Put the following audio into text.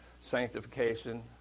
sanctification